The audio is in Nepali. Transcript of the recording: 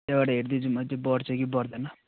त्यहाँबाट हेर्दै जाऊँ न त्यो बढ्छ कि बढ्दैन